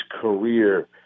career